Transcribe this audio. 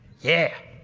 yeah.